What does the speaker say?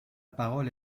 parole